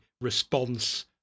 response